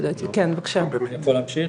אני יכול להמשיך?